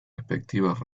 respectivas